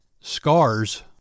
scars